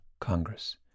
Congress